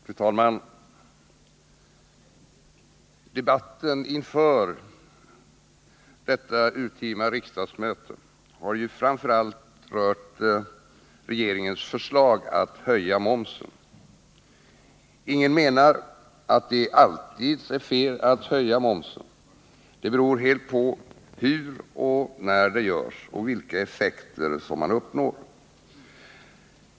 Fru talman! Debatten inför detta urtima riksmöte har framför allt rört regeringens förslag att höja momsen. Ingen menar att det alltid är fel att höja momsen — det beror helt på hur och när det görs och vilka effekter man uppnår.